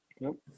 Nope